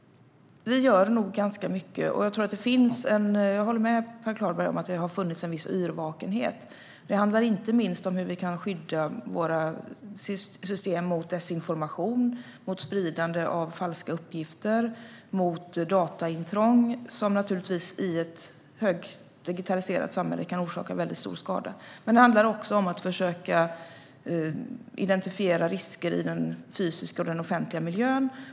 Vi gör nog ganska mycket. Jag håller med Per Klarberg om att det har funnits en viss yrvakenhet. Det handlar inte minst om hur vi kan skydda våra system mot desinformation, mot spridande av falska uppgifter och mot dataintrång, som i ett högdigitaliserat samhälle naturligtvis kan orsaka mycket stor skada. Men det handlar också om att försöka identifiera risker i den fysiska och i den offentliga miljön.